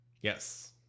Yes